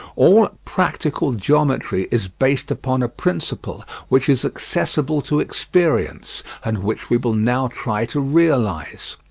all practical geometry is based upon a principle which is accessible to experience, and which we will now try to realise.